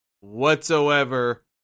whatsoever